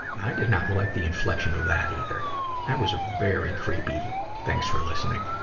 i did not like the inflection of that, either. that was a very creepy thanks for listening.